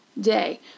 day